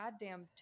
goddamn